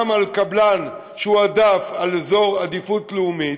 גם על קבלן שהועדף על אזור עדיפות לאומית,